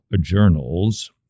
journals